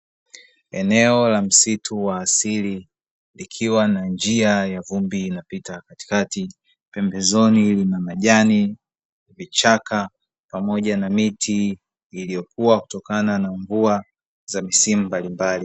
Eneo la msitu wa asili ikiwa na njia ya vumbi inapita katikati, pembezoni lina majani, vichaka pamoja na miti iliyokua kutokana na mvua za misimu mbalimbali.